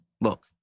Look